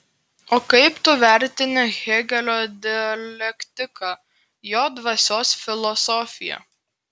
o kaip tu vertini hėgelio dialektiką jo dvasios filosofiją